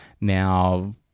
Now